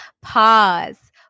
pause